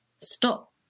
stop